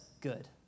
good